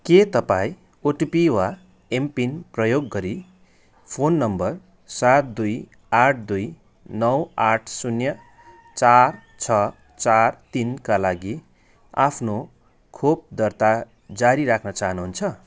के तपाईँँ ओटिपी वा एमपिन प्रयोग गरी फोन नम्बर सात दुई आठ दुई नौ आठ शून्य चार छ चार तिनका लागि आफ्नो खोप दर्ता जारी राख्न चाहनुहुन्छ